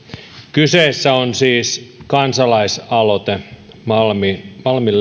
kyseessä on siis kansalaisaloite malmin